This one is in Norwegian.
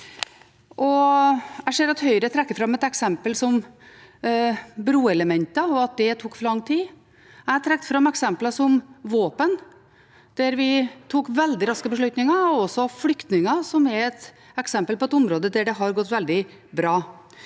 Jeg ser at Høyre trekker fram et eksempel som broelementer og at det tok for lang tid. Jeg trakk fram eksempler som våpen, der vi tok veldig raske beslutninger, og også flyktninger, som er et eksempel på et område der det har gått veldig bra.